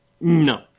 No